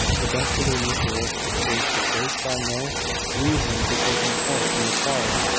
the best of their mutual acquaintances saw no reason for taking part in the quarrel,